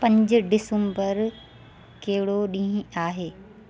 पंजी डिसंबर कहिड़ो ॾींहुं आहे